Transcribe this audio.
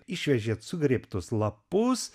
išvežėt sugrėbtus lapus